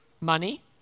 money